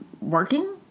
working